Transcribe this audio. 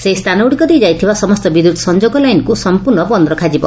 ସେହି ସ୍ରାନଗୁଡ଼ିକ ଦେଇ ଯାଇଥିବା ସମସ୍ତ ବିଦ୍ୟୁତ୍ ସଂଯୋଗ ଲାଇନ୍କୁ ସଂପୂର୍ଣ୍ଡ ବନ୍ଦ ରଖାଯିବ